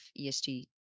ESG